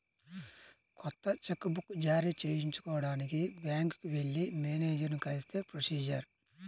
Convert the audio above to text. కొత్త cheque book జారీ చేయించుకోడానికి బ్యాంకుకి వెళ్లి మేనేజరుని కలిస్తే ప్రొసీజర్